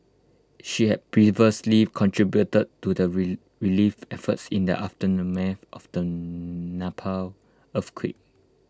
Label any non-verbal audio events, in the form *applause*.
she had previously contributed to the *unintelligible* relief efforts in the aftermath of the *unintelligible* Nepal earthquake